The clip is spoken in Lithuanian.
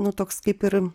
nu toks kaip ir